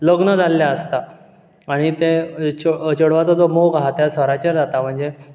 लग्न जाल्लें आसता आनी तें चेडवाचो जो मोग आहा त्या सराचेर जाता म्हणजे